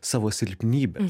savo silpnybes